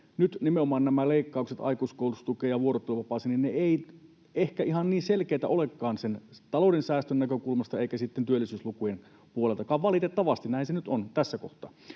nimenomaan nämä leikkaukset aikuiskoulutustukeen ja vuorotteluvapaaseen eivät nyt ehkä ihan niin selkeitä olekaan sen talouden säästön näkökulmasta eivätkä sitten työllisyyslukujen puoleltakaan, valitettavasti. Näin se nyt on, tässä kohtaa.